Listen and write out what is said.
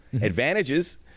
Advantages